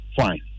fine